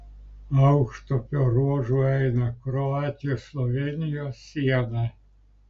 aukštupio ruožu eina kroatijos slovėnijos siena